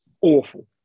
awful